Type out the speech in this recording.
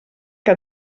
que